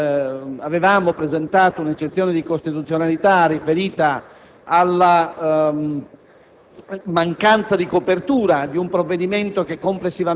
Analogamente, avevamo presentato un'eccezione di costituzionalità riferita alla